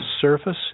surface